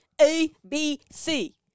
A-B-C